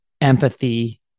empathy